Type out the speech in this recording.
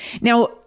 Now